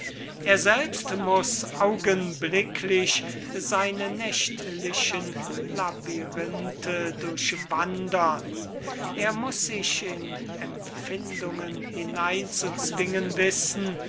er selbst muß augenblicklich seine nächtlichen labyrinthe durchwandern er muß sich in empfindungen hineinzuzwingen wissen